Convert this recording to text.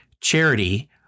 charity